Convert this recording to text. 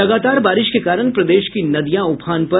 लगातार बारिश के कारण प्रदेश की नदियां उफान पर